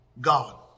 God